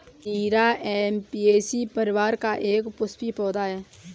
जीरा ऍपियेशी परिवार का एक पुष्पीय पौधा है